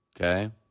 Okay